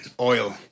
oil